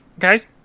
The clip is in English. Guys